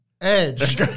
Edge